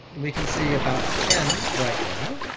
we can see about ten right now.